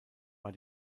war